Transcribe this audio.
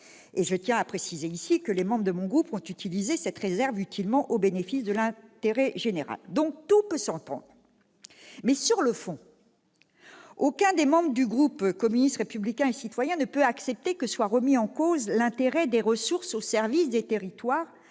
Je tiens à préciser que les membres de mon groupe ont utilisé cette réserve utilement, au bénéfice de l'intérêt général. Donc tout peut s'entendre. Mais sur le fond, aucun des membres du groupe communiste républicain et citoyen ne peut accepter que soit remis en cause l'intérêt de ressources mises au service des territoires,